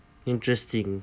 interesting